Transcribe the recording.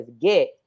get